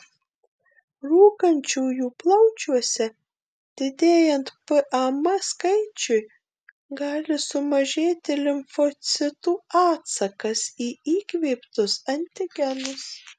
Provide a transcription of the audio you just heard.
rūkančiųjų plaučiuose didėjant pam skaičiui gali sumažėti limfocitų atsakas į įkvėptus antigenus